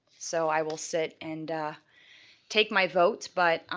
so i will sit and take my votes but